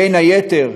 בין היתר,